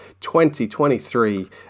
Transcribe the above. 2023